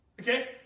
Okay